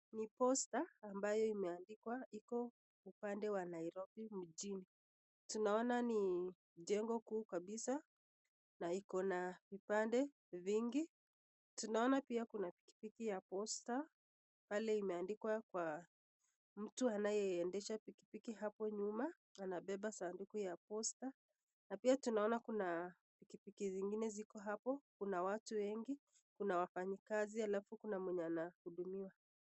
Ni posta ambayo imeandikwa, iko upande wa Nairobi mjini. Tunaona ni jengo kuu kabisa na iko na vipande vingi. Tunaona pia kuna pikipiki ya posta, pale imeandikwa kwa mtu anayeendesha pikipiki hapo nyuma anabeba sanduku ya posta. Na pia tunaona kuna pikipiki zingine ziko hapo. Kuna watu wengi, kuna wafanyikazi alafu kuna mwenye anahudumiwa.